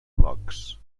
blocs